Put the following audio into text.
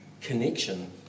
connection